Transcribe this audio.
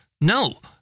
No